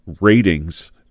ratings